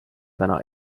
täna